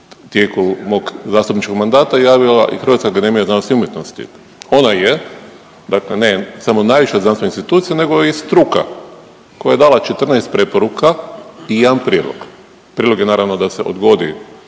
tijeku mog zastupničkog mandata javila i HAZU. Ona je dakle ne samo najveća znanstvena institucija nego i struka koja je dala 14 preporuka i jedan prijedlog, otprilike naravno da se odgodi